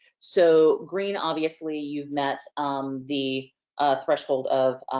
so green obviously you've met the threshold of